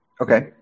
Okay